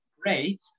Great